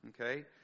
okay